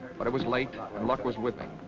but it was late and luck was with me.